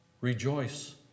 Rejoice